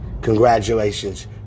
Congratulations